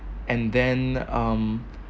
and then um